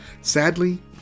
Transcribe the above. Sadly